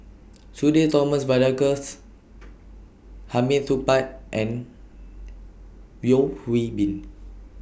Sudhir Thomas Vadaketh Hamid Supaat and Yeo Hwee Bin